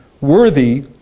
worthy